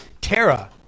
Tara